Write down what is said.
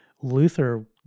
Luther